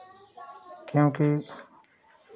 क्योंकि